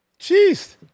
Jeez